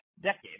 decade